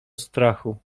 strachu